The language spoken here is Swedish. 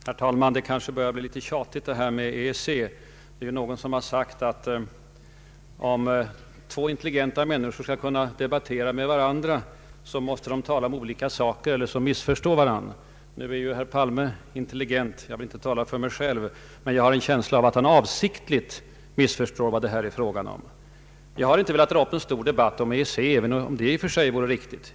Herr talman! Frågan om EEC börjar bli tjatig. Någon har sagt att om två in telligenta människor skall kunna debattera med varandra måste de tala om olika saker eller också missförstå varandra. Nu är herr Palme intelligent. Jag vill inte tala för mig själv. Men jag har en känsla av att herr Palme avsiktlist missförstår vad det här är fråga om. Jag har inte velat dra upp någon stor debatt om EEC, även om det i och för sig vore riktigt.